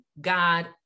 God